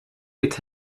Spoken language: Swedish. mitt